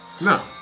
No